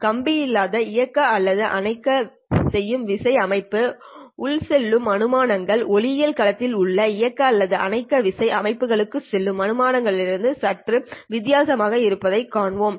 கம்பியில்லாத இயக்க அல்லது அணைக்க செய்யும் விசை அமைப்பு உள் செல்லும் அனுமானங்கள் ஒளியியல் களத்தில் உள்ள இயக்க அல்லது அணைக்க விசை அமைப்புகளுக்குச் செல்லும் அனுமானங்களிலிருந்து சற்று வித்தியாசமாக இருப்பதைக் காண்போம்